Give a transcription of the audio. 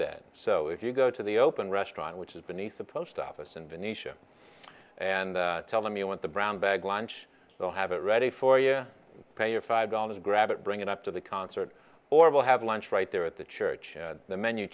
that so if you go to the open restaurant which is beneath the post office in venetia and tell them you want the brown bag lunch they'll have it ready for you pay your five dollars grab it bring it up to the concert or we'll have lunch right there at the church the menu